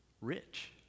rich